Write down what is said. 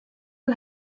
who